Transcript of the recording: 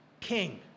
king